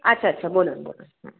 আচ্ছা আচ্ছা বলুন বলুন হ্যাঁ